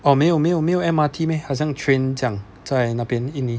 oh 没有没有没有 M_R_T meh 好像 train 这样在那边印尼